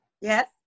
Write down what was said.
Yes